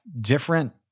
different